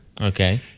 Okay